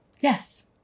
Yes